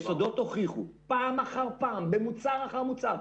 "יסודות" הוכיחו פעם אחר פעם במוצר אחר מוצר.